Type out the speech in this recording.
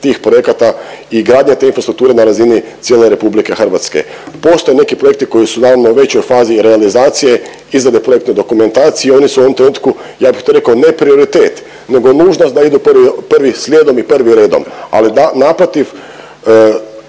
tih projekata i gradnja te infrastrukture na razini cijele RH. Postoje neki projekti koji su, naravno već u fazi realizacije, izrade projektne dokumentacije, oni su u ovom trenutku, ja bih to rekao, ne prioritet, nego nužnost da idu prvi slijedom i prvi redom, ali naprotiv,